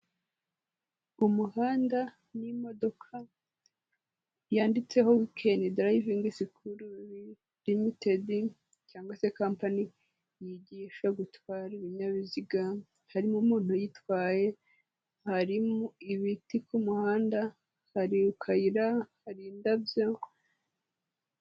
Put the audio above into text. Umuhanda n'imodoka yanditseho wikani darayivingi sukuru rimitedi cyangwa se kampani yigisha gutwara ibinyabiziga, harimo umuntu uyitwaye, harimo ibiti ku muhanda, hari akayira, hari indabyo.